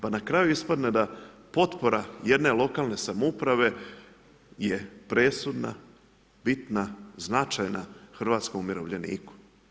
Pa na kraju ispadne da potpora jedne lokalne samouprave je presudna, bitna, značajna hrvatskom umirovljeniku.